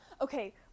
okay